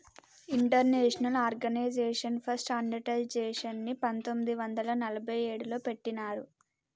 international organisation for స్టాండర్డయిజేషన్ని పంతొమ్మిది వందల నలభై ఏడులో పెట్టినరు